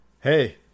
hey